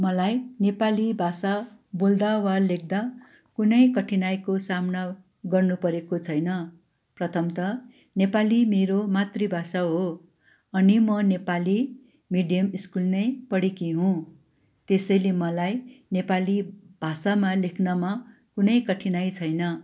मलाई नेपाली भाषा बोल्दा वा लेख्दा कुनै कठिनाईको सामना गर्नु परेको छैन प्रथम त नेपाली मेरो मातृ भाषा हो अनि म नेपाली मिडियम स्कुल नै पढेकी हुँ त्यसैले मलाई नेपाली भाषामा लेख्नमा कुनै कठिनाई छैन